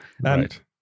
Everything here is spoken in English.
Right